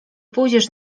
pójdziesz